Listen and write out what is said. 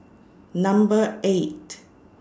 Number eight